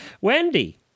Wendy